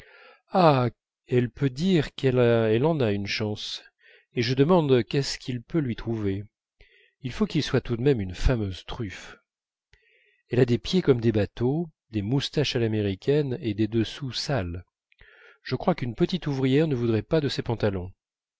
ah elle peut dire qu'elle en a une chance et je me demande qu'est-ce qu'il peut lui trouver il faut qu'il soit tout de même une fameuse truffe elle a des pieds comme des bateaux des moustaches à l'américaine et des dessous sales je crois qu'une petite ouvrière ne voudrait pas de ses pantalons